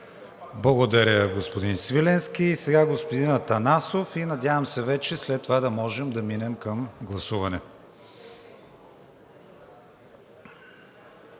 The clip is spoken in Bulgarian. Благодаря, господин Свиленски. Сега господин Атанасов. Надявам се, вече след това да можем да минем към гласуването.